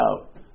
out